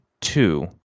two